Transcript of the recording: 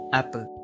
apple